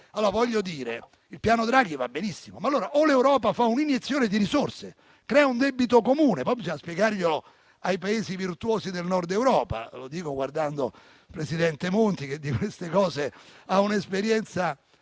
il piano Draghi va benissimo, ma o l'Europa fa un'iniezione di risorse e crea un debito comune, ma poi bisogna spiegarlo ai Paesi virtuosi del Nord Europa (e lo dico guardando il presidente Monti, che di queste cose ha un'esperienza